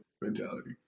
mentality